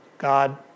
God